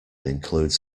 includes